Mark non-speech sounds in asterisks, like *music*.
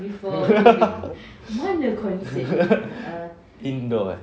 *laughs* indoor eh